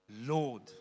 Lord